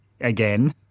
again